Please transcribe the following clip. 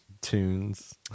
tunes